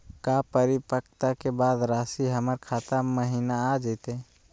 का परिपक्वता के बाद रासी हमर खाता महिना आ जइतई?